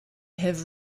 have